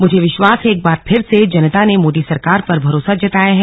मुझे विश्वास है एक बार फिर से जनता ने मोदी सरकार पर भरोसा जताया है